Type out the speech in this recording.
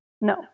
No